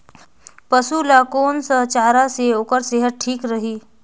पशु ला कोन स चारा से ओकर सेहत ठीक रही?